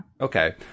Okay